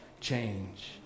change